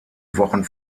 wochen